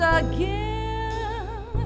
again